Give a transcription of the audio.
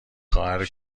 خواهر